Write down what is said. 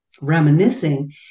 reminiscing